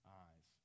eyes